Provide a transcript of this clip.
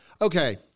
okay